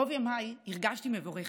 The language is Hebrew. רוב ימיי הרגשתי מבורכת.